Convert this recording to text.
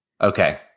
Okay